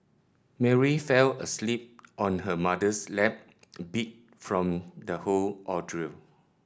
Mary fell asleep on her mother's lap beat from the whole ordeal